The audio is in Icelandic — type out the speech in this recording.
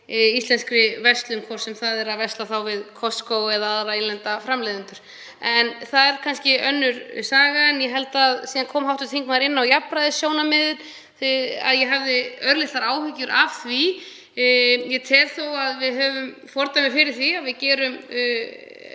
íslenskri verslun, hvort sem það er að versla við Costco eða innlenda framleiðendur. En það er kannski önnur saga. Síðan kom hv. þingmaður inn á jafnræðissjónarmiðið. Ég hafði örlitlar áhyggjur af því. Ég tel þó að við höfum fordæmi fyrir því að við gerum